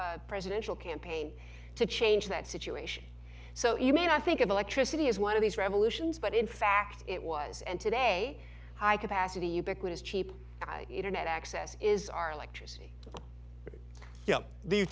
presidential campaign to change that situation so you may not think of electricity as one of these revolutions but in fact it was and today high capacity ubiquitous cheap internet access is our electricity yeah